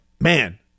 man